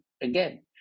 again